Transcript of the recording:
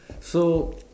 so